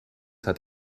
hat